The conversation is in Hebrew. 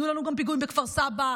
יהיו לנו גם פיגועים בכפר סבא,